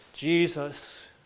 Jesus